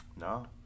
No